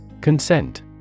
Consent